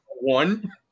one